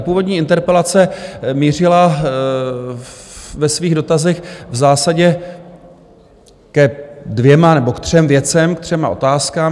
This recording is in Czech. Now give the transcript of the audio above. Původní interpelace mířila ve svých dotazech v zásadě ke dvěma nebo k třem věcem, ke třem otázkám.